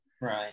right